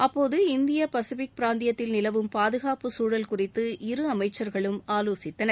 அப்போது இந்திய பசிபிக் பிராந்தியத்தில் நிலவும் பாதுகாப்பு சூழல் குறித்து இரு அமைச்சர்களும் ஆலோசித்தனர்